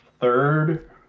third